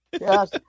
Yes